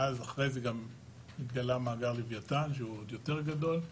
ואחרי זה גם התגלה מאגר לוויתן שהוא יותר גדול,